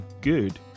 good